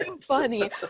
funny